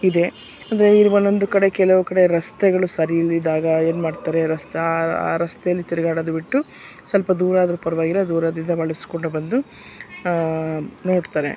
ಇದೆ ಅಂದರೆ ಇಲ್ಲಿ ಒಂದೊಂದು ಕಡೆ ಕೆಲವು ಕಡೆ ರಸ್ತೆಗಳು ಸರಿ ಇಲ್ದಿದ್ದಾಗ ಏನ್ಮಾಡ್ತಾರೆ ರಸ್ತೆ ಆ ರಸ್ತೆಯಲ್ಲಿ ತಿರುಗಾಡೋದು ಬಿಟ್ಟು ಸ್ವಲ್ಪ ದೂರ ಆದ್ರೂ ಪರವಾಗಿಲ್ಲ ದೂರದಿಂದ ಬಳಸಿಕೊಂಡೆ ಬಂದು ನೋಡ್ತಾರೆ